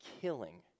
killing